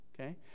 okay